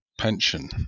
pension